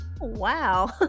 Wow